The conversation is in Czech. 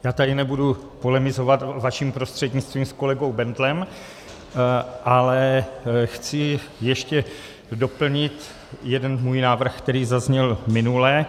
Já tady nebudu polemizovat vaším prostřednictvím s kolegou Bendlem, ale chci ještě doplnit jeden svůj návrh, který zazněl minule.